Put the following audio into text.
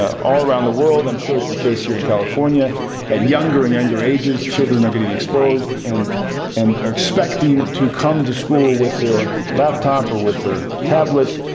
all around the world i'm sure it's the case here in california at younger and younger ages, children are getting exposed, and and are expected to come to school with their laptop or their tablet,